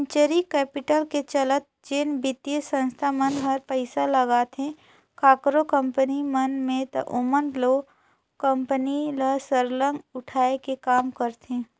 venture capital के चलत जेन बित्तीय संस्था मन हर पइसा लगाथे काकरो कंपनी मन में ता ओमन ओ कंपनी ल सरलग उठाए के काम करथे